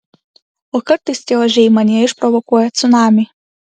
o kartais tie ožiai manyje išprovokuoja cunamį